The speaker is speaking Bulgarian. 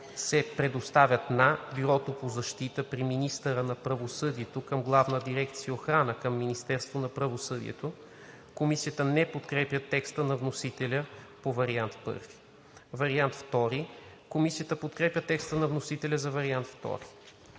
се „предоставят на ,,Бюро по защита“ при министъра на правосъдието към Главна дирекция „Охрана“ към Министерството на правосъдието.“ Комисията не подкрепя текста на вносителя за вариант I. (Вариант II) Комисията подкрепя текста на вносителя за вариант II.